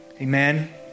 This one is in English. Amen